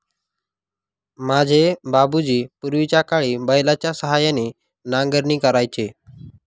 माझे बाबूजी पूर्वीच्याकाळी बैलाच्या सहाय्याने नांगरणी करायचे